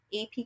AP